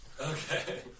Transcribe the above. Okay